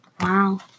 Wow